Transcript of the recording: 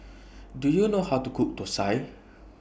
Do YOU know How to Cook Thosai